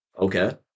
Okay